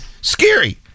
Scary